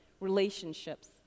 relationships